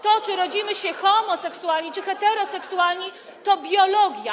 To, czy rodzimy się homoseksualni czy heteroseksualni, to biologia.